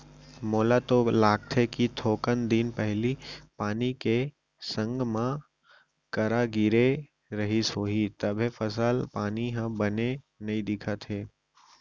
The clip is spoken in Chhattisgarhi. मोला तो लागथे कि थोकन दिन पहिली पानी के संग मा करा गिरे रहिस होही तभे फसल पानी ह बने नइ दिखत हवय